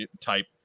type